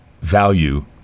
value